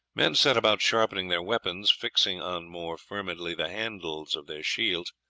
men sat about sharpening their weapons, fixing on more firmly the handles of their shields,